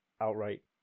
outright